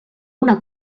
una